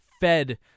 fed